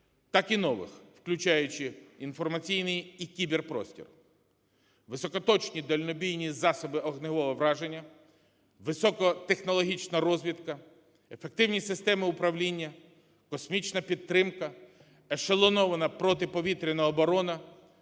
так і нових, включаючи інформаційний і кіберпростір. Високоточні дальнобійні засоби вогневого враження, високотехнологічна розвідка, ефективні системи управління, космічна підтримка, ешелонована протиповітряна оборона,